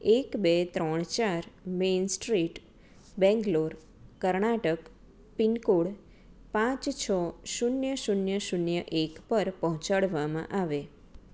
એક બે ત્રણ ચાર main street Bangalore Karnataka pin code પાંચ છ શૂન્ય શૂન્ય શૂન્ય એક પર પહોંચાડવામાં આવે